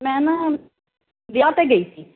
ਮੈਂ ਨਾ ਵਿਆਹ 'ਤੇ ਗਈ ਸੀ